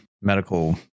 medical